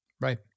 Right